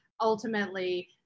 ultimately